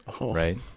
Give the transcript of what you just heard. Right